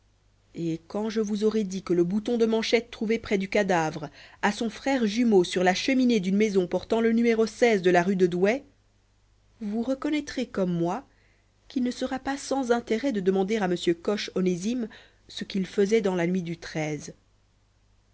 et quand je vous aurai dit que le bouton de manchette trouvé près du cadavre a son frère jumeau sur la cheminée d'une maison portant le numéro de la rue de douai vous reconnaîtrez comme moi qu'il ne sera pas sans intérêt de demander à m coche onésime ce qu'il faisait dans la nuit du